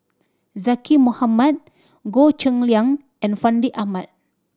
Zaqy Mohamad Goh Cheng Liang and Fandi Ahmad